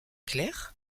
clair